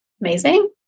amazing